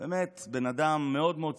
באמת מאוד מאוד ציוני,